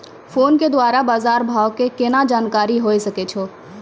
Phone के द्वारा बाज़ार भाव के केना जानकारी होय सकै छौ?